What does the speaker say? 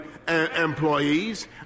employees